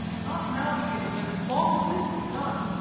not now beginning, but long since begun.